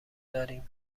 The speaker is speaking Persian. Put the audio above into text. داریم